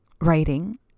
writing